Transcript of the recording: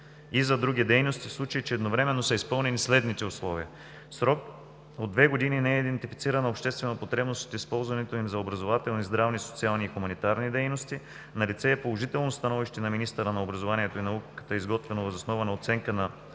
и за други дейности в случаи, че едновременно са изпълнени следните условия: в срок от две години не е идентифицирана обществена потребност от използването им за образователни, здравни, социални и хуманитарни дейности, налице е положително становище на министъра на образованието и науката, изготвено въз основа на оценка на